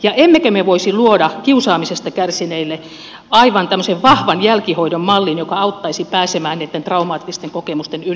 ja emmekö me voisi luoda kiusaamisesta kärsineille aivan tämmöisen vahvan jälkihoidon mallin joka auttaisi pääsemään näitten traumaattisten kokemusten yli